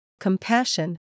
compassion